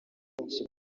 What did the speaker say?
benshi